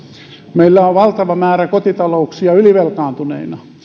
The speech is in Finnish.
meillä on valtava määrä kotitalouksia ylivelkaantuneina